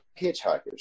hitchhikers